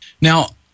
Now